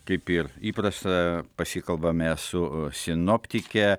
kaip ir įprasta pasikalbame su sinoptike